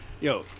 Yo